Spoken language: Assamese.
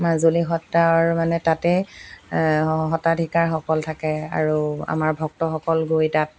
মাজুলী সত্ৰৰ মানে তাতে সত্ৰাধিকাৰসকল থাকে আৰু আমাৰ ভক্তসকল গৈ তাত